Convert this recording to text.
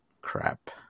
crap